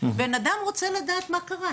בן אדם רוצה לדעת מה קרה.